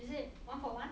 is it